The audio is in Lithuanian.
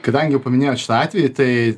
kadangi jau paminėjot šitą atvejį tai